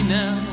now